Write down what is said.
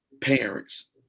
parents